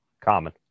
common